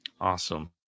awesome